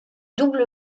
double